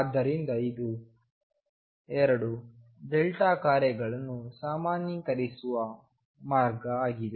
ಆದ್ದರಿಂದಇದು 2 ಕಾರ್ಯಗಳನ್ನು ಸಾಮಾನ್ಯೀಕರಿಸುವ ಮಾರ್ಗ ಆಗಿದೆ